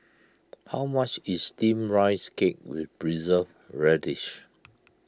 how much is Steamed Rice Cake with Preserved Radish